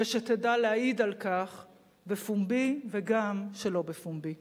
ושתדע להעיד על כך בפומבי וגם שלא בפומבי.